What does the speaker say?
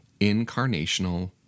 incarnational